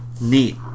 Neat